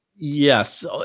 Yes